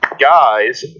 guys